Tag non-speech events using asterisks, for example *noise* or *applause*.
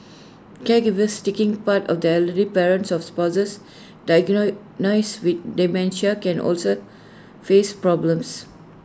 caregivers taking part of the elderly parents or spouses *unintelligible* with dementia can also face problems